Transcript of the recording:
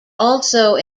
also